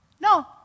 No